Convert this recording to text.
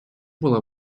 була